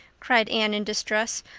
cried anne in distress.